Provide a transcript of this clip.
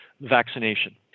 vaccination